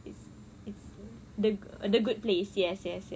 it's it's the the good place yes yes yes